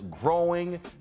growing